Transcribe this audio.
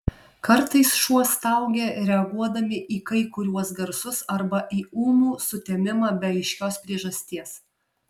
kartais šuo staugia reaguodami į kai kuriuos garsus arba į ūmų sutemimą be aiškios priežasties